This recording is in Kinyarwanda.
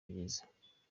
byiza